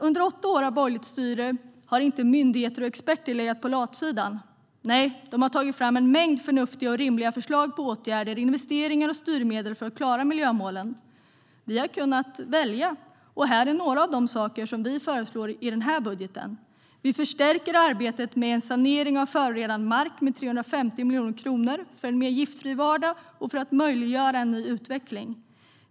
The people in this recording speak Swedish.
Under åtta år av borgerligt styre hade nämligen inte myndigheter och experter legat på latsidan. Nej, de hade tagit fram en mängd förnuftiga och rimliga förslag på åtgärder, investeringar och styrmedel för att klara miljömålen. Vi har kunnat välja, och här är några av de saker vi föreslår i den här budgeten. Vi förstärker arbetet med en sanering av förorenad mark med 350 miljoner kronor, för en mer giftfri vardag och för att möjliggöra en ny utveckling.